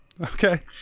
Okay